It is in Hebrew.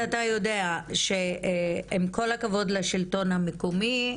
אתה יודע שעם כל הכבוד לשלטון המקומי,